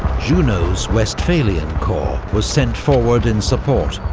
junot's westphalian corps was sent forward in support,